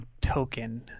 Token